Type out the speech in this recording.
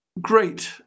great